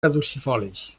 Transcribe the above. caducifolis